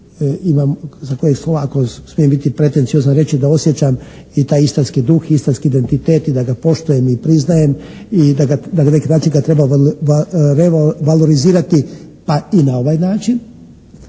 za kojeg ovako smijem biti pretenciozan i reći i da osjećam i taj istarki duh i istarski identitet i da ga poštujem i priznajem i da ga na neki način kada treba valorizirati pa i na ovaj način,